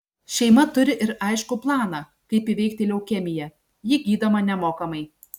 šeima turi ir aiškų planą kaip įveikti leukemiją ji gydoma nemokamai